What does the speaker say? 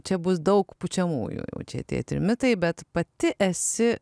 čia bus daug pučiamųjų jau čia tie trimitai bet pati esi